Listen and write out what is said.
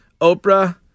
Oprah